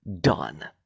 done